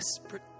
desperate